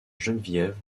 geneviève